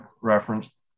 reference